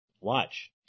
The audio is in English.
Watch